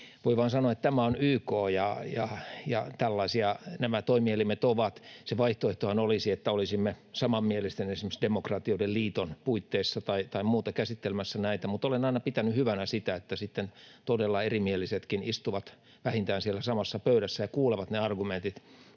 voi vain sanoa, että tämä on YK ja tällaisia nämä toimielimet ovat. Se vaihtoehtohan olisi, että olisimme samanmielisten, esimerkiksi demokratioiden liiton tai muuta, puitteissa käsittelemässä näitä, mutta olen aina pitänyt hyvänä sitä, että sitten todella erimielisetkin istuvat vähintään siellä samassa pöydässä ja kuulevat ne argumentit,